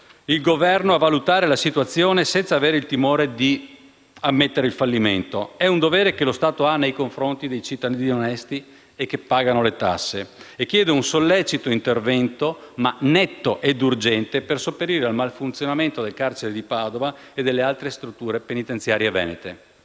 il Governo a valutare la situazione senza avere il timore di ammettere il fallimento. È un dovere che lo Stato ha nei confronti dei cittadini onesti e che pagano le tasse e chiedo un sollecito intervento, netto ed urgente, per sopperire al malfunzionamento del carcere di Padova e delle altre strutture penitenziarie venete.